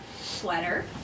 sweater